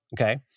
okay